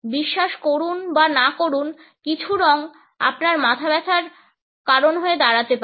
বিশ্বাস করুন বা না করুন কিছু রঙ আপনার মাথা ব্যাথার হয়ে দাঁড়াতে পারে